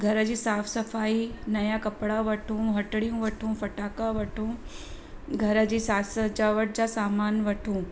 घर जी साफ़ सफ़ाई नया कपिड़ा वठूं हटड़ियूं वठूं फटाका वठूं घर जी साठु सजावट जा सामान वठूं